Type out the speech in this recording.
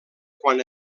quan